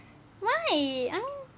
why ugh